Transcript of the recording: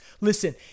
Listen